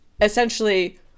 essentially